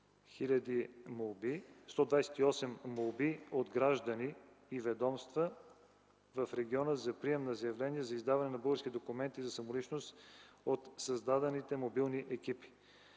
128 молби от граждани и ведомства в региона за прием на заявления за издаване на български документи за самоличност от създадените мобилни екипи.